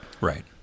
Right